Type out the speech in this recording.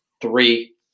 three